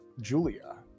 Julia